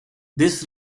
this